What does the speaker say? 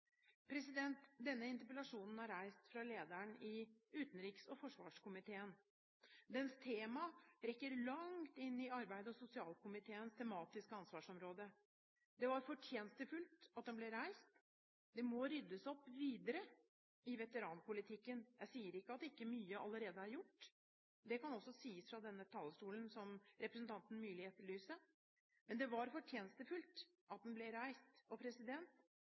Denne interpellasjonen er reist av lederen i utenriks- og forsvarskomiteen. Dens tema rekker langt inn i arbeids- og sosialkomiteens tematiske ansvarsområde. Det var fortjenstfullt at den ble reist. Det må ryddes opp videre i veteranpolitikken. Jeg sier ikke at mye ikke allerede er gjort – det kan også sies fra denne talerstolen, som representanten Myrli etterlyste – men det var fortjenstfullt at den ble reist.